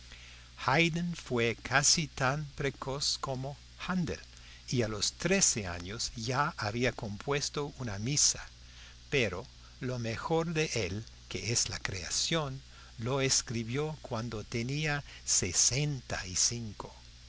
fue casi tan precoz como haendel y a los trece años ya había compuesto una misa pero lo mejor de él que es la creación lo escribió cuando tenía sesenta y cinco